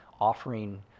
offering